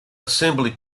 assembly